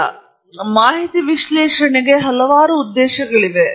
ನಾನು ಇಲ್ಲಿ ಪಟ್ಟಿ ಮಾಡಿದಂತೆ ಮಾಹಿತಿ ವಿಶ್ಲೇಷಣೆಗೆ ಹಲವಾರು ಉದ್ದೇಶಗಳಿವೆ